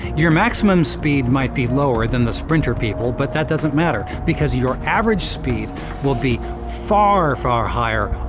your maximum speed might be lower than the sprinter people, but that doesn't matter. because your average speed will be far, far, higher,